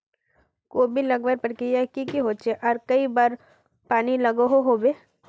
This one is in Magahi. कोबी लगवार प्रक्रिया की की होचे आर कई बार पानी लागोहो होबे?